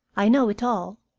i know it all.